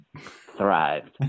Thrived